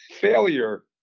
failure